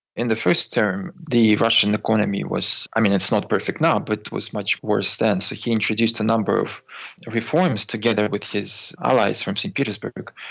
in the first term the russian economy was, i mean, it's not perfect now but it was much worse then so he introduced a number of reforms together with his allies from st petersburg,